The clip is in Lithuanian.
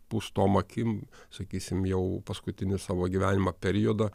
pūstom akim sakysim jau paskutinį savo gyvenimo periodą